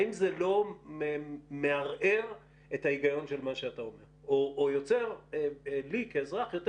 האם זה לא מערער את ההיגיון של מה שאתה אומר או יוצר לי כאזרח יותר